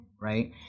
right